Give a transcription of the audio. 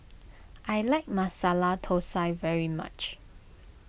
I like Masala Thosai very much